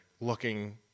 looking